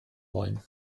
wollen